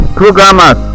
programmers